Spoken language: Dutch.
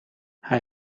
hij